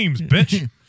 bitch